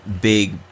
big